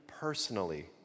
Personally